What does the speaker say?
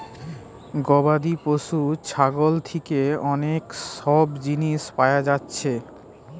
গবাদি পশু ছাগল থিকে অনেক সব জিনিস পায়া যাচ্ছে